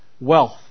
wealth